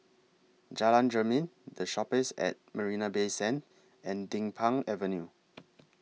Jalan Jermin The Shoppes At Marina Bay Sands and Din Pang Avenue